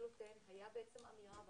היה בעצם אמירה,